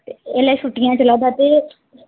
इसलै छुटियां चला दा ते